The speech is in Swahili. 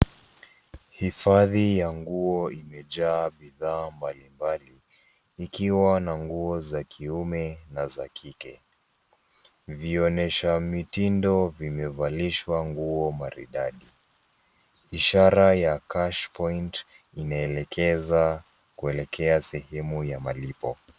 Hifadhi ya nguo imejaa bidhaa mbalimbali ikiwa na nguo zakiume na za kike. vionyesha mitindo vimevalishwa nguo maridadi, ishara ya cashpoint inaelekeza kuelekea sehemu ya malipo.